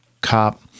cop